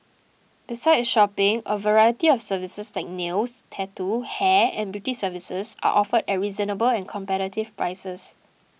besides shopping a variety of services like nails tattoo hair and beauty services are offered at reasonable and competitive prices